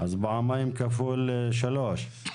אז פעמיים כפול שלוש.